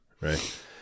right